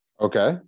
Okay